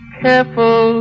careful